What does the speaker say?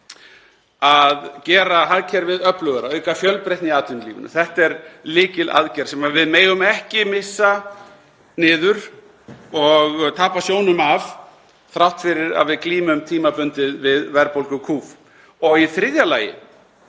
að gera hagkerfið öflugar, að auka fjölbreytni í atvinnulífinu. Það er lykilaðgerð sem við megum ekki missa niður og tapa sjónum af þrátt fyrir að við glímum tímabundið við verðbólgukúf. Í þriðja lagi